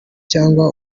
cyangwa